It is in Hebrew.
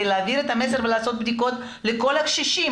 להעביר את המסר ולעשות בדיקות לכל הקשישים.